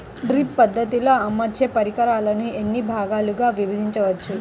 Drip పద్ధతిలో అమర్చే పరికరాలను ఎన్ని భాగాలుగా విభజించవచ్చు?